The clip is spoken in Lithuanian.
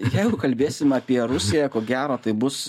jeigu kalbėsime apie rusiją ko gero tai bus